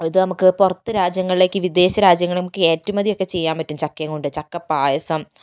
ഇതു നമുക്ക് പുറത്ത് രാജ്യങ്ങളിലേയ്ക്ക് വിദേശ രാജ്യങ്ങളിൽ നമുക്ക് കയറ്റുമതിയൊക്കെ ചെയ്യാൻ പറ്റും ചക്കയും കൊണ്ട് ചക്കപ്പായസം